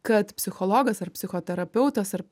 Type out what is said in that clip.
kad psichologas ar psichoterapeutas ar